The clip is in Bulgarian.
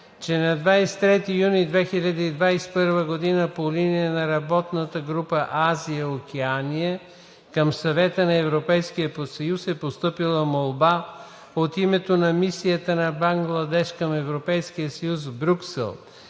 че на 23 юли 2021 г. по линия на работната група „Азия-Океания“ към Съвета на Европейския съюз е постъпила молба от името на Мисията на Бангладеш към Европейския съюз в Брюксел